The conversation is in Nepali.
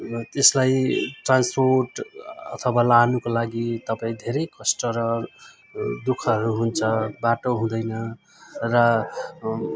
त्यसलाई ट्रान्सपोर्ट अथवा लानुको लागि तपाईँ धेरै कष्ट र दुखहरू हुन्छ बाटो हुँदैन र